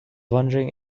wondering